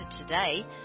today